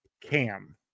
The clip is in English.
Cam